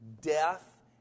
death